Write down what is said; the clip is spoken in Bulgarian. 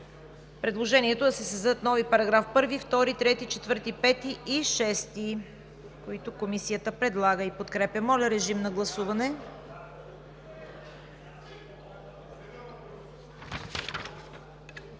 предложението да се създадат нови параграфи 1, 2, 3, 4, 5 и 6, които Комисията предлага и подкрепя. Гласували